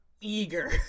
eager